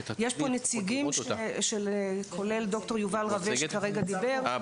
יש פה נציגים, כולל ד"ר יובל רווה שידבר כרגע.